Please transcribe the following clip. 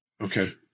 okay